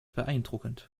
beeindruckend